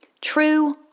True